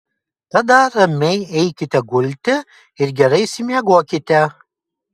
tada ramiai eikite gulti ir gerai išsimiegokite